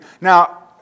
Now